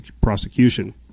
prosecution